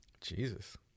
Jesus